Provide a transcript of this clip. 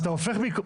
איתך.